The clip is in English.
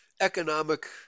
economic